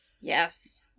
Yes